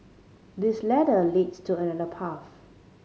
this ladder leads to another path